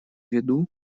виду